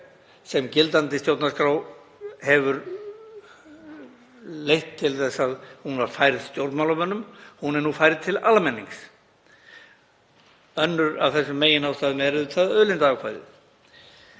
sem gildandi stjórnarskrá hefur leitt til þess að voru færð stjórnmálamönnum en yrðu nú færð til almennings. Önnur af þessum meginástæðum er auðvitað auðlindaákvæðið.